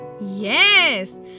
Yes